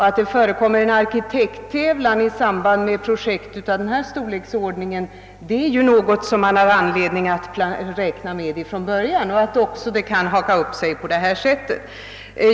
Att det måste till en arkitekttävlan i samband med ett projekt av denna storleksordning är ju något som man har anledning att räkna med från början. Då måste man även räkna med möjligheten att det kan haka upp sig på sätt som skett.